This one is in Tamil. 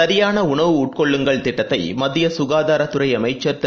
சரியானஉணவு உட்கொள்ளுங்கள் திட்டத்தைமத்தியசுகாதாரஅமைச்சர் திரு